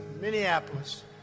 Minneapolis